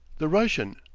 the russian,